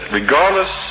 regardless